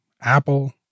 Apple